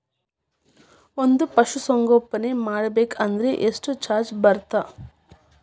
ಒಂದ್ ಪಶುಸಂಗೋಪನೆ ಮಾಡ್ಬೇಕ್ ಅಂದ್ರ ಎಷ್ಟ ಖರ್ಚ್ ಬರತ್ತ?